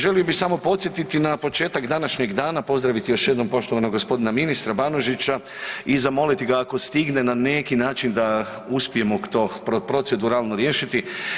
Želio bi samo podsjetiti na početak današnjeg dana pozdraviti još jednom poštovanog gospodina ministra Banožića i zamoliti ga ako stigne na neki način da uspijemo to proceduralno riješiti.